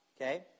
okay